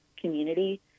community